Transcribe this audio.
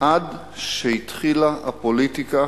עד שהתחילה הפוליטיקה